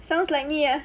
sounds like me ah